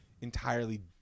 entirely